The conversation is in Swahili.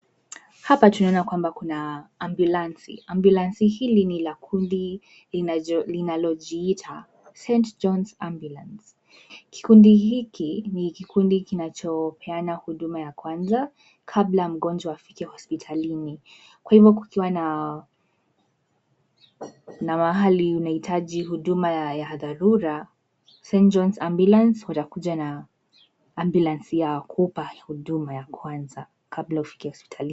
Hapa tunaona kwamba kuna ambulansi, ambulansi hili nila kundi linalo jiita St Johns Ambulance. Kikundi hiki ni kikundi kinachopeana huduma ya kwanza kabla mgonjwa afike hospitalini. Kwa hivo kukiwa na mahali unahitaji huduma ya dhalula St Johns Ambulance watakuja na amabulansi yao kupa huduma ya kwanza kabla ufike hospitalini.